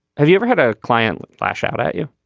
have you ever had a client lash out at you.